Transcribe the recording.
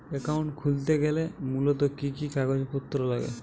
Account খুলতে গেলে মূলত কি কি কাগজপত্র লাগে?